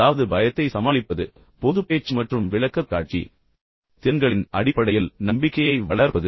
அதாவது பயத்தை சமாளிப்பது பொது பேச்சுமற்றும் விளக்கக்காட்சி திறன்களின் அடிப்படையில் நம்பிக்கையை வளர்ப்பது